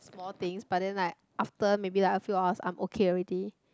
small things but then like after a few hours I'm okay already